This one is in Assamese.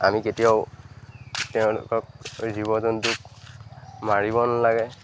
আমি কেতিয়াও তেওঁলোকক জীৱ জন্তুক মাৰিব নালাগে